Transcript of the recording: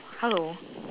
hello